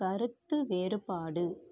கருத்து வேறுபாடு